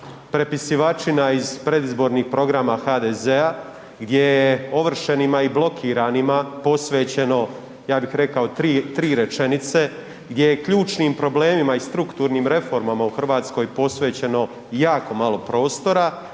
prepisivačina iz predizbornih programa HDZ-a gdje je ovršenima i blokiranima posvećeno, ja bih rekao, tri, tri rečenice, gdje je ključnim problemima i strukturnim reformama u RH posvećeno jako malo prostora